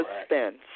Suspense